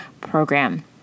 program